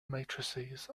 matrices